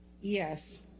yes